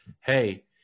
hey